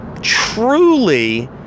truly